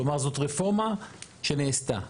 כלומר, זאת רפורמה שנעשתה.